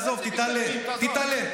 עזוב, תתעלה.